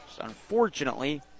Unfortunately